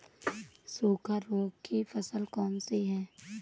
सूखा रोग की फसल कौन सी है?